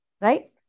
Right